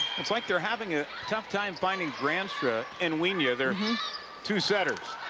looks like they're having a tough time finding gran struand and wynja, their two setters.